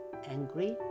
Angry